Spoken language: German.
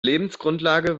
lebensgrundlage